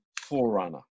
forerunner